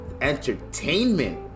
entertainment